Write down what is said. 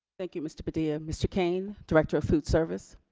thank you mr. padilla. mr. kane, director of food service.